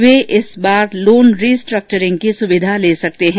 वह इस बार लोन रीस्ट्रक्वरिंग की सुविधा ले सकते हैं